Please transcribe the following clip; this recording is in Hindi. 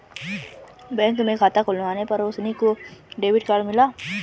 बैंक में खाता खुलवाने पर रोशनी को डेबिट कार्ड मिला